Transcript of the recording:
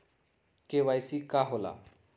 KYC का होला?